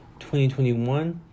2021